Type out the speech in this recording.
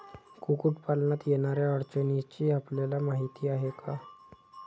कुक्कुटपालनात येणाऱ्या अडचणींची आपल्याला माहिती आहे का?